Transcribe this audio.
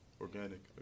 organic